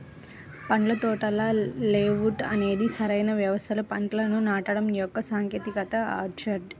పండ్ల తోటల లేఅవుట్ అనేది సరైన వ్యవస్థలో పంటలను నాటడం యొక్క సాంకేతికత ఆర్చర్డ్